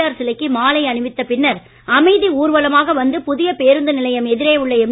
R சிலைக்கு மாலை அணிவித்த பின்னர் அமைதி ஊர்வலமாக வந்து புதிய பேருந்து நிலையம் எதிரே உள்ள எம்